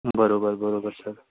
बरोबर बरोबर सर